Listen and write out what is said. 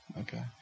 Okay